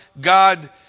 God